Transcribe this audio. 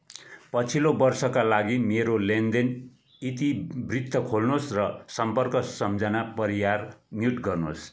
पछिल्लो वर्षकालागि मेरो लेनदेन इतिवृत्त खोल्नुहोस् र सम्पर्क सम्झना परियार म्युट गर्नुहोस्